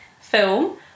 film